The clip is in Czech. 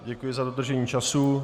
Děkuji za dodržení času.